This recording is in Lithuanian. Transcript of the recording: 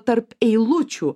tarp eilučių